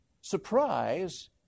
surprise